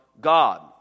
God